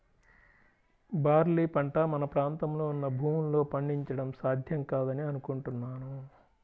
barley పంట మన ప్రాంతంలో ఉన్న భూముల్లో పండించడం సాధ్యం కాదని అనుకుంటున్నాను